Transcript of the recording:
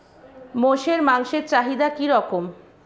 মোষের মাংসের চাহিদা কি রকম?